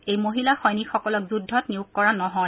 এই মহিলা সৈনিকসকলক যুদ্ধত নিয়োগ কৰা নহয়